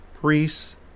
priests